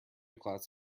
class